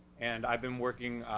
and i've been working,